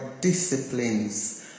disciplines